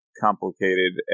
complicated